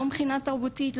לא מבחינה תרבותית,